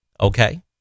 okay